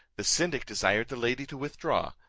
the syndic desired the lady to withdraw,